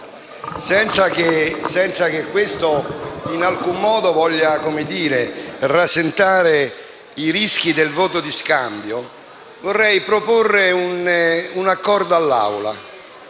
senza che questo in alcun modo voglia rischiare di rasentare il voto di scambio, vorrei proporre un accordo ai